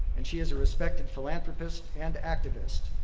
and she is a respected philanthropist and activist,